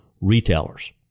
retailers